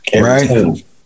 right